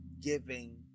giving